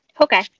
Okay